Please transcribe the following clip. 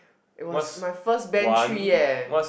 it was my first band three eh